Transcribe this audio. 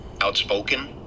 outspoken